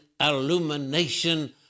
illumination